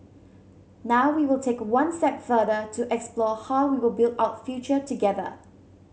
now we will take one step further to explore how we will build out future together